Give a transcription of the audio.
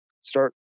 start